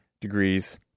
degrees